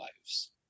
lives